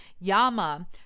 Yama